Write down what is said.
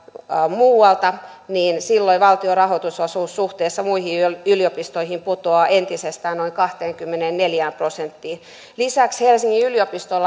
muualta niin silloin valtion rahoitusosuus suhteessa muihin yliopistoihin putoaa entisestään noin kahteenkymmeneenneljään prosenttiin lisäksi helsingin yliopistolla